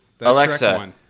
Alexa